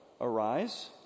arise